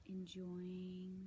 Enjoying